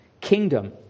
kingdom